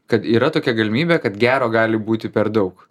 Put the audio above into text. kad yra tokia galimybė kad gero gali būti per daug